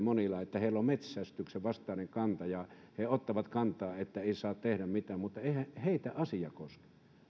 että niillä monilla on metsästyksenvastainen kanta ja ne ottavat kantaa että ei saa tehdä mitään mutta eihän niitä asia koske